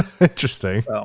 Interesting